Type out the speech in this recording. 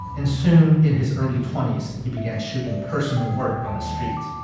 and soon in his early twenty s, he began shooting personal work on the street